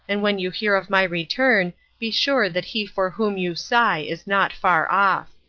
and when you hear of my return be sure that he for whom you sigh is not far off.